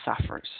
suffers